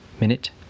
minute